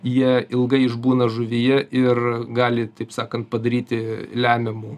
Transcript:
jie ilgai išbūna žuvyje ir gali taip sakant padaryti lemiamų